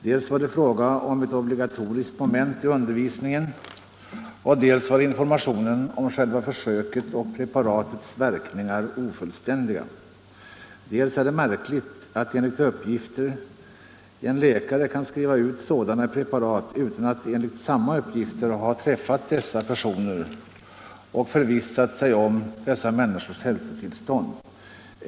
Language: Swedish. Dels var det fråga om ett obligatoriskt moment i undervisningen, dels var informationen om själva försöket och preparatets verkningar ofullständig. Dessutom är det märkligt att en läkare kan skriva ut sådana preparat utan att — enligt uppgift — ha träffat dessa personer och förvissat sig om deras hälsotillstånd.